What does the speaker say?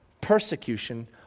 persecution